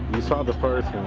you saw the first